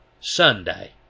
Sunday